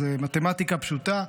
זו מתמטיקה פשוטה,